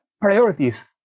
priorities